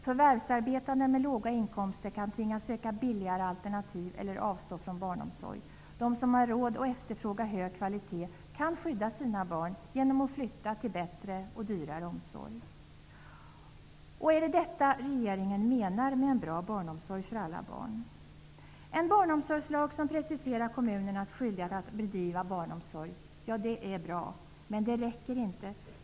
Förvärvsarbetande med låga inkomster kan tvingas söka billigare alternativ eller avstå från barnomsorg. De som har råd att efterfråga hög kvalitet kan skydda sina barn genom att flytta till bättre -- och dyrare -- omsorg. Är det detta regeringen menar med en bra barnomsorg för alla barn? En barnomsorgslag som preciserar kommunernas skyldighet att bedriva barnomsorg är bra. Men det räcker inte.